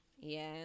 Yes